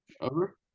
Over